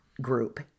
group